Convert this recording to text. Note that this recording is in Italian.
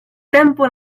tempo